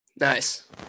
Nice